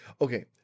Okay